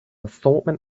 assortment